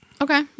Okay